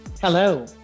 Hello